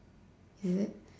is it